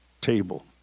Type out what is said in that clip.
table